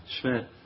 Schmidt